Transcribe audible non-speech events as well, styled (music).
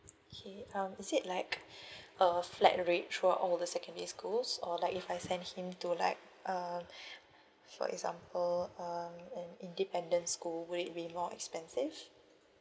K um is it like (breath) a flat rate throughout all the secondary schools or like if I send him to like uh (breath) for example um an independent school will it be more expensive